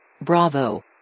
Bravo